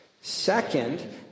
Second